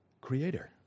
creator